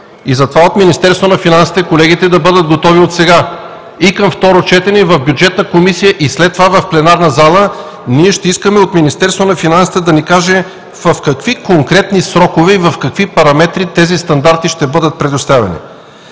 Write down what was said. колегите от Министерството на финансите да бъдат готови отсега – при второ четене и в Бюджетна комисия, и след това – в пленарната зала, ние ще искаме от Министерството на финансите да ни каже в какви конкретни срокове и в какви параметри тези стандарти ще бъдат предоставени.